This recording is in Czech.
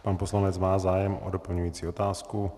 Pan poslanec má zájem o doplňující otázku.